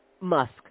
Musk